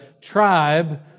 tribe